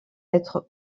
être